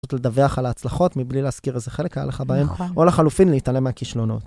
לדווח על ההצלחות, מבלי להזכיר איזה חלק היה לך בהם, או לחלופין להתעלם מהכישלונות.